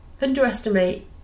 underestimate